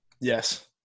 Yes